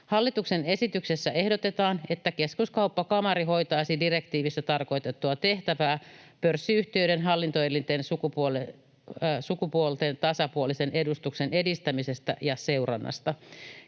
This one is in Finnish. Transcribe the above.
Hallituksen esityksessä ehdotetaan, että Keskuskauppakamari hoitaisi direktiivissä tarkoitettua tehtävää pörssiyhtiöiden hallintoelinten sukupuolten tasapuolisen edustuksen edistämisestä ja seurannasta.